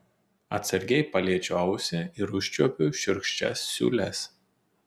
atsargiai paliečiu ausį ir užčiuopiu šiurkščias siūles